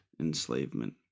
enslavement